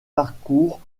parcours